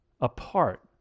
apart